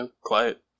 Quiet